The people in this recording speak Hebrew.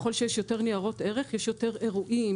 ככל שיש יותר ניירות ערך יש יותר אירועים,